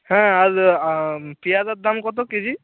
হ্যাঁ আর পেয়ারার দাম কত কেজি